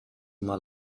mal